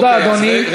תודה, אדוני.